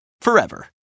forever